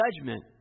Judgment